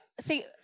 see